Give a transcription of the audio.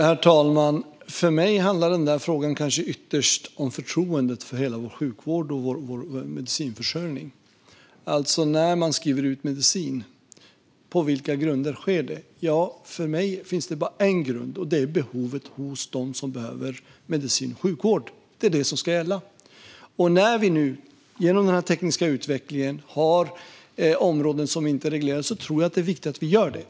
Herr talman! För mig handlar denna fråga ytterst om förtroendet för hela vår sjukvård och försörjningen av medicin. På vilka grunder skrivs medicin ut? För mig finns bara en grund, nämligen behovet hos dem som behöver medicin och sjukvård. Det är det som ska gälla. När det genom den tekniska utvecklingen finns områden som inte regleras är det viktigt att vi gör så.